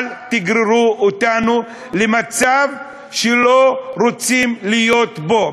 אל תגררו אותנו למצב שלא רוצים להיות בו,